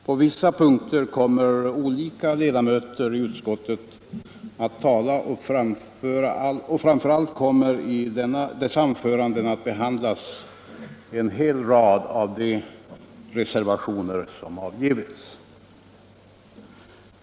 På vissa punkter kommer olika ledamöter i utskottet att tala, och framför allt kommer i dessa anföranden att behandlas en hel rad av de reservationer som avgivits.